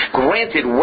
granted